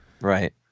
Right